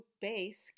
base